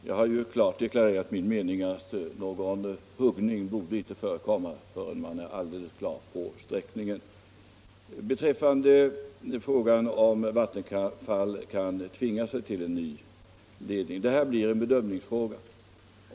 Herr talman! Jag har ju klart deklarerat min mening att någon huggning inte borde förekomma förrän man är helt klar vad gäller sträckningen. Beträffande frågan om Vattenfall kan tvinga sig till en ny ledningsgata vill jag säga att det blir en bedömningsfråga.